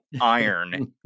iron